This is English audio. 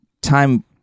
time